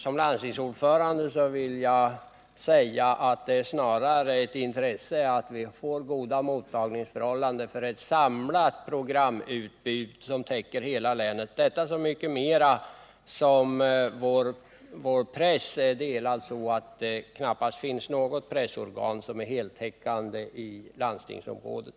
Som landstingsordförande vill jag säga att det snarare är ett intresse att vi får goda mottagningsförhållanden för ett samlat programutbud som täcker hela länet, detta så mycket mera som vår press är delad så att det knappast finns något pressorgan som är heltäckande i landstingsområdet.